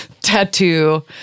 tattoo